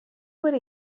would